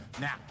now